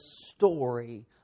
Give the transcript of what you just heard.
story